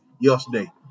yesterday